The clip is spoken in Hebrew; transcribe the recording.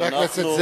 שאנחנו,